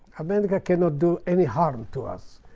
america cannot do any harm to us.